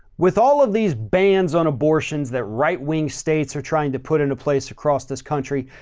with all of these bands on abortions that right wing states are trying to put into place across this country.